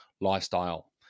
lifestyle